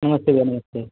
नमस्ते भाई नमस्ते